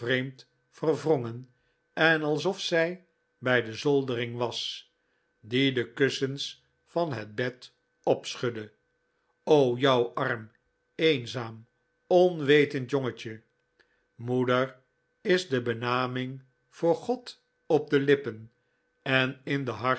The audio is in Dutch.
de kussens van het bed opschudde o jou arm eenzaam onwetend jongetje moeder is de benaming voor god op de lippen en in de